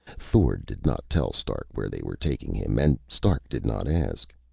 thord did not tell stark where they were taking him, and stark did not ask.